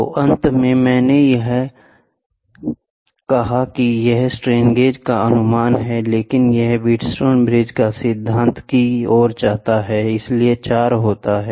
तो अंत में मैंने यह कहा कि यह स्ट्रेन गेज का अनुमान है लेकिन यह व्हीटस्टोन ब्रिज का सिद्धांत की ओर जाता है इसलिए चार होते हैं